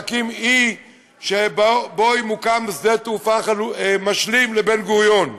להקים אי שבו ימוקם שדה תעופה משלים לבן-גוריון.